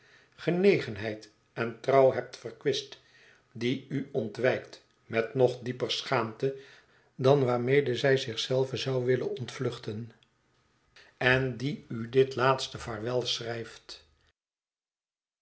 genegenheid en trouw hebt verkwist die u ontwijkt met nog dieper schaamte dan waarmede zij zich zelve zou willen ontvluchten en die u dit laatste vaarwel schrijft